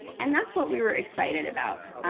and that's what we were excited about.